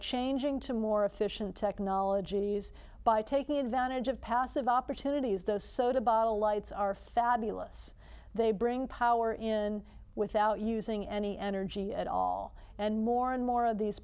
changing to more efficient technologies by taking advantage of passive opportunities those soda bottle lights are fabulous they bring power in without using any energy at all and more and more of these